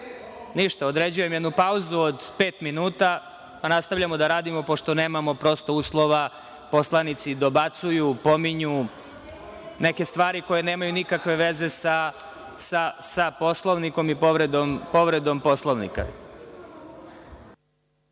to.)Ništa, određujem jednu pauzu od pet minuta, pa nastavljamo da radimo, pošto nemamo prosto uslova. Poslanici dobacuju, pominju neke stvari koje nemaju nikakve veze sa Poslovnikom i povredom Poslovnika.(Posle